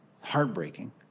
Heartbreaking